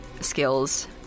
skills